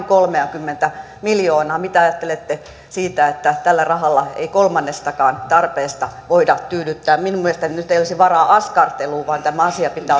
kolmeakymmentä miljoonaa mitä ajattelette siitä että tällä rahalla ei voida kolmannestakaan tarpeesta tyydyttää minun mielestäni nyt ei olisi varaa askarteluun vaan tämä asia pitää